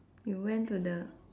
you went to the